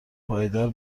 پایدار